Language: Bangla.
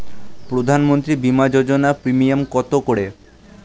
প্রধানমন্ত্রী বিমা যোজনা প্রিমিয়াম কত করে?